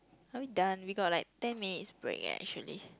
are we done we got like ten minutes break leh actually